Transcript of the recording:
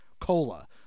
cola